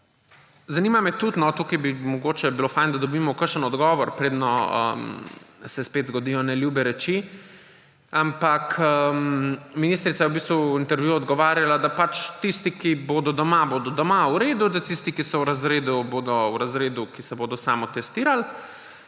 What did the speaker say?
Zanima me tudi, tukaj bi mogoče bilo fajn, da dobimo kakšen odgovor, predno se spet zgodijo neljube reči, ministrica je v bistvu v intervjuju odgovarjala, da tisti, ki bodo doma, bodo doma, v redu, da tisti, ki so v razredu, bodo v razredu, ti se bodo samotestirali.